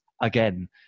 again